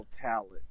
talent